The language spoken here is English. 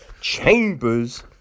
Chambers